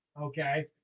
okay